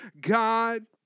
God